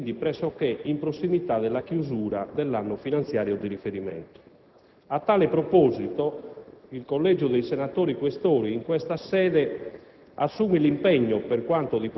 oltre i due terzi e quindi pressoché in prossimità della chiusura dell'anno finanziario di riferimento. A tale proposito, il Collegio dei senatori Questori in questa sede